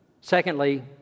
Secondly